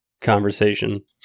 conversation